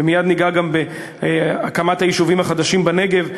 ומייד ניגע גם בהקמת היישובים החדשים בנגב,